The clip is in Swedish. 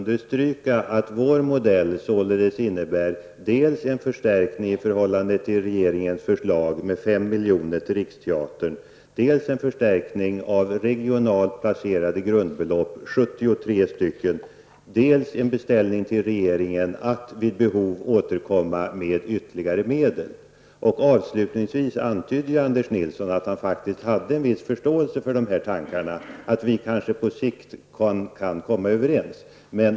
Herr talman! Jag vill understryka att vår modell innebär dels en förstärkning i förhållande till regeringens förslag med 5 milj.kr. till Riksteatern, dels en förstärkning av 73 regionalt placerade grundbelopp, dels en beställning till regeringen att vid behov återkomma med ytterligare medel. Avslutningsvis antydde Anders Nilsson att han hade en viss förståelse för tankarna om att vi på sikt kanske kan komma överens.